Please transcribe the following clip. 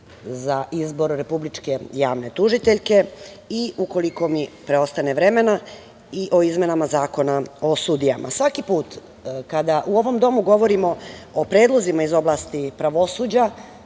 za izbor republičke javne tužiteljke i ukoliko mi preostane vremena i o izmenama Zakona o sudijama. Svaki put kada u ovom domu govorimo o predlozima iz oblasti pravosuđa,